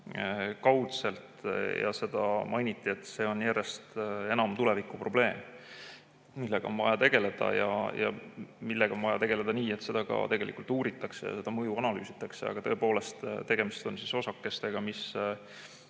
PFAS‑osakestest. Mainiti, et see on järjest enam probleem, millega on vaja tegeleda ja millega on vaja tegeleda nii, et seda ka tegelikult uuritaks ja selle mõju analüüsitaks. Tõepoolest, tegemist on osakestega, mis